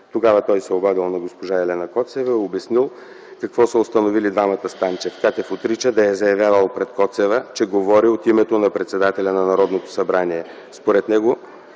Тогава той се обадил на госпожа Елена Коцева и обяснил какво са установили двамата с Танчев. Катев отрича да е заявявал пред Коцева, че говори от името на председателя на Народното събрание.